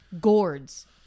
Gourds